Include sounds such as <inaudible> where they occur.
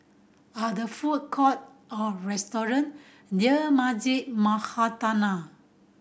are there food court or restaurant near Masjid <unintelligible>